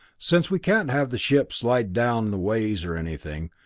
since we can't have the ship slide down the ways or anything,